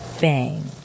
Bang